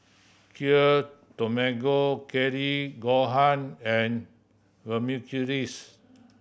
Kheer Tamago Kake Gohan and